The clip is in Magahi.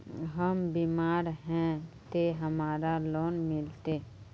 हम बीमार है ते हमरा लोन मिलते?